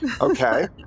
Okay